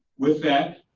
with that,